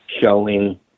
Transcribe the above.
showing